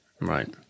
Right